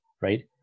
Right